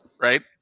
Right